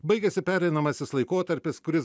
baigėsi pereinamasis laikotarpis kuris